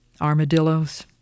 armadillos